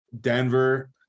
Denver